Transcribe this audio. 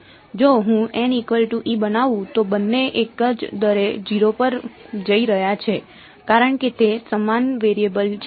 જો હું બનાવું તો બંને એક જ દરે 0 પર જઈ રહ્યા છે કારણ કે તે સમાન વેરિયેબલ છે